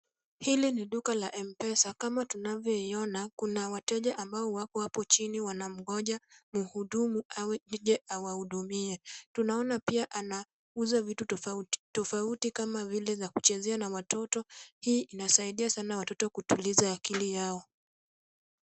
Hili ni duka la M-Pesa kama tunavyoiona kuna wateja ambao wapo hapo chini wanamgoja muhudumu au aje awaudumie. Tunaona pia anauza vitu tofauti tofauti kama vile za kuchezea na watoto, hii inasaidia sana watoto kutuliza akili yao.